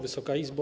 Wysoka Izbo!